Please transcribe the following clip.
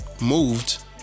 Moved